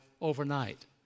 overnight